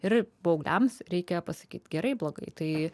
ir paaugliams reikia pasakyti gerai blogai tai